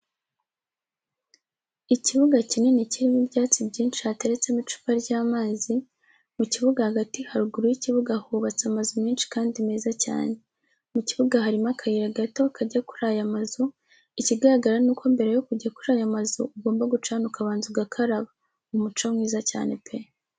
Ikibuga kinini kirimo ibyatsi byinshi hateretsemo icupa ry'amazi, mu kibuga hagati haruguru y'ikibuga hubatse amazu menshi kandi meza cyane. mu kibuga harimo akayira gato kajya kuri aya mazu ikigaragara nuko mbere yo kujya kuri aya mazu ugomba guca hano ukabanza gukaraba. Umuco mwiza cyane pe.